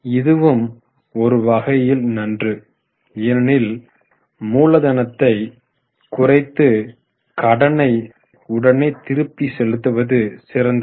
இதுவும் ஒரு வகையில் நன்று ஏனெனில் மூலதனத்தை குறைத்து கடனை உடனே திருப்பி செலுத்துவது சிறந்தது